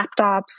laptops